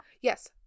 yes